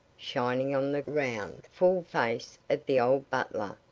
shining on the round, full face of the old butler,